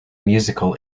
musical